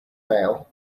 fail